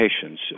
patients